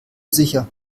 sicher